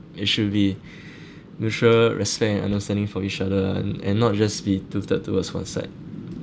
it should be mutual respect and understanding for each other and and not just be tilted towards one side